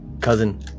cousin